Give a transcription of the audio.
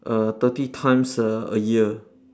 err thirty times a a year